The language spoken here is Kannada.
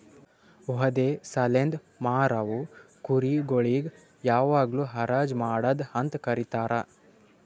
ವಧೆ ಸಲೆಂದ್ ಮಾರವು ಕುರಿ ಗೊಳಿಗ್ ಯಾವಾಗ್ಲೂ ಹರಾಜ್ ಮಾಡದ್ ಅಂತ ಕರೀತಾರ